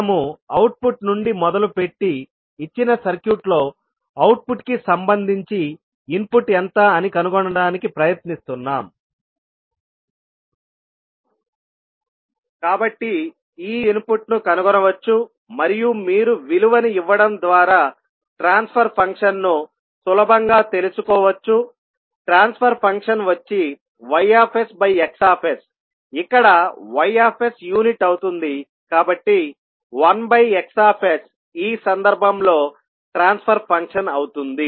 మనము అవుట్పుట్ నుండి మొదలు పెట్టి ఇచ్చిన సర్క్యూట్లో అవుట్పుట్ కి సంబంధించి ఇన్పుట్ ఎంత అని కనుగొనడానికి ప్రయత్నిస్తున్నాం కాబట్టి ఈ ఇన్పుట్ ను కనుగొనవచ్చు మరియు మీరు విలువను ఇవ్వడం ద్వారా ట్రాన్స్ఫర్ ఫంక్షన్ను సులభంగా తెలుసుకోవచ్చు ట్రాన్స్ఫర్ ఫంక్షన్ వచ్చి YsXsఇక్కడ Ys యూనిట్ అవుతుంది కాబట్టి 1Xs ఈ సందర్భంలో ట్రాన్స్ఫర్ ఫంక్షన్ అవుతుంది